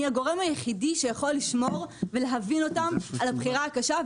אני הגורם היחידי שיכול להבין אותם על הבחירה הקשה,